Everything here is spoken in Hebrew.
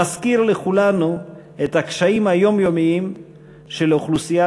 מזכיר לכולנו את הקשיים היומיומיים של האוכלוסייה